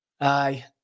Aye